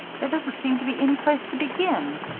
there doesn't seem to be any place to begin.